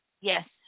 Yes